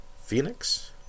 Phoenix